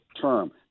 term